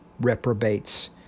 reprobates